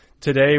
today